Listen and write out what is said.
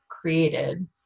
created